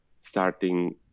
starting